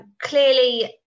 Clearly